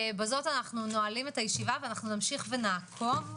בזאת אנחנו נועלים את הישיבה ואנחנו נמשיך ונעקוב.